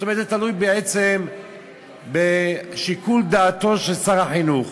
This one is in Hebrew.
כלומר זה תלוי בעצם בשיקול דעתו של שר החינוך.